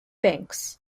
banks